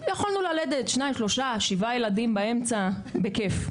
יכולנו ללדת שניים, שלושה, שבעה ילדים באמצע בכיף.